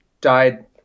died